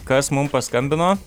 kas mum paskambino